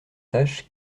tâche